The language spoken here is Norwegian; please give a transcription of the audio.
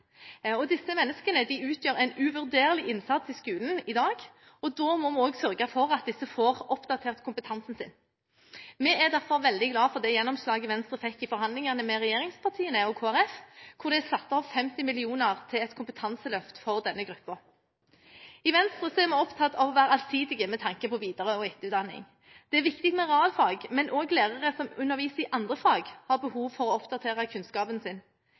mindre. Disse menneskene gjør en uvurderlig innsats i skolen i dag, og da må vi også sørge for at disse får oppdatert kompetansen sin. Vi er derfor veldig glade for det gjennomslaget Venstre fikk i forhandlingene med regjeringspartiene og Kristelig Folkeparti, hvor det ble satt av 50 mill. kr til et kompetanseløft for denne gruppen. I Venstre er vi opptatt av å være allsidige med tanke på etter- og videreutdanning. Det er viktig med realfag, men også lærere som underviser i andre fag, har behov for å oppdatere kunnskapen sin.